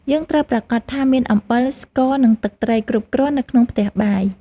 យើងត្រូវប្រាកដថាមានអំបិល ស្ករ និងទឹកត្រីគ្រប់គ្រាន់នៅក្នុងផ្ទះបាយ។